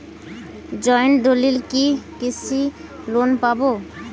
Joint দলিলে কি কৃষি লোন পাব?